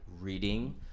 reading